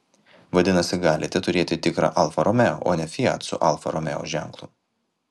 vadinasi galite turėti tikrą alfa romeo o ne fiat su alfa romeo ženklu